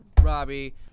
Robbie